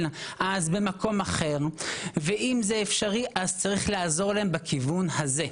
אז במקום אחר ואם זה אפשרי אז צריך לעזור להם בכיוון הזה.